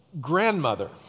grandmother